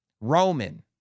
Roman